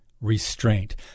restraint